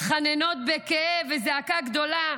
מתחננות בכאב וזעקה גדולה